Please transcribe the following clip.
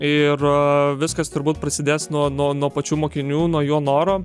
ir viskas turbūt prasidės nuo nuo nuo pačių mokinių nuo jų norų